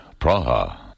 Praha